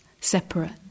separate